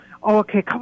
Okay